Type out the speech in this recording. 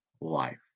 life